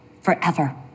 forever